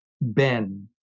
Ben